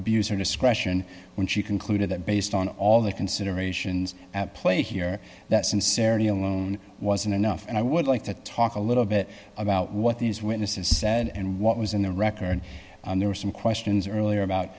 her discretion when she concluded that based on all the considerations at play here that sincerity alone wasn't enough and i would like to talk a little bit about what these witnesses said and what was in the record there were some questions earlier about